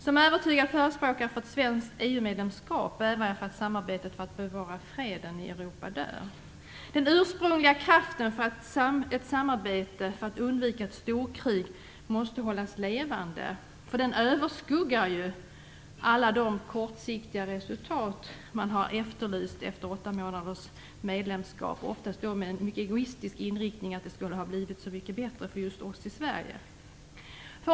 Som övertygad förespråkare för ett svenskt EU-medlemskap bävar jag för att samarbetet för att bevara freden i Europa dör. Den ursprungliga kraften för ett samarbete för att undvika ett storkrig måste hållas levande, därför att den överskuggar ju alla de kortsiktiga resultat man har efterlyst efter åtta månaders medlemskap, oftast med en mycket egoistisk inriktning, att det skulle ha blivit så mycket bättre för just oss i Sverige.